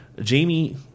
Jamie